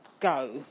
Go